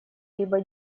либо